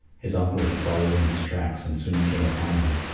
his uncle had followed in his tracks, and soon came upon him.